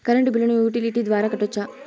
Current బిల్లును utility ద్వారా కట్టొచ్చా?